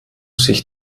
sich